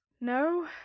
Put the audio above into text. No